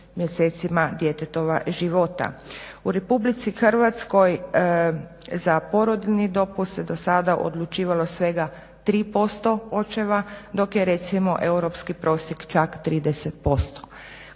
mjesecima djetetova života. U RH za porodiljni dopust se sada odlučivalo svega 3% očeva dok je recimo europski prosjek čak 30%.